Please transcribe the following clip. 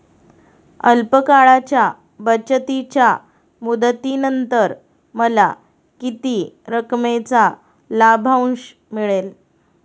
अल्प काळाच्या बचतीच्या मुदतीनंतर मला किती रकमेचा लाभांश मिळेल?